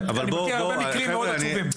אני מכיר הרבה מקרים עצובים מאוד.